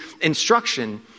instruction